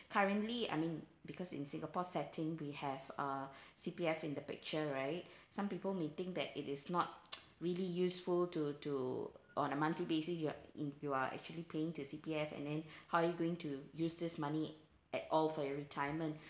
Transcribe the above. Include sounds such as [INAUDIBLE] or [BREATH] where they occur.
currently I mean because in singapore setting we have uh [BREATH] C_P_F in the picture right some people may think that it is not [NOISE] really useful to to on a monthly basis you are in~ you are actually paying to C_P_F and then [BREATH] how are you going to use this money at all for your retirement